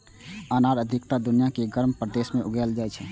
अनार अधिकतर दुनिया के गर्म प्रदेश मे उगाएल जाइ छै